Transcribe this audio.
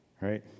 right